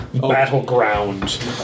battleground